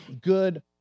good